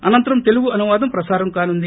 అనంతరం తెలుగు అనువాదం ప్రసారం కానుంది